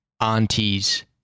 auntie's